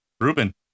Ruben